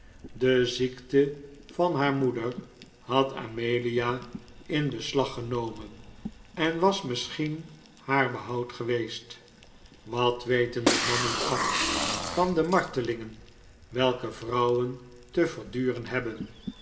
de ziekte van haar moeder had amelia in beslag genomen en was misschien haar behoud geweest wat weten de mannen af van de martelingen welke vrouwen te verduren hebben